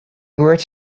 writes